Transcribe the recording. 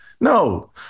No